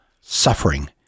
suffering